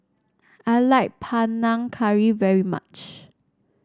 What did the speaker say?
I like Panang Curry very much